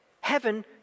Heaven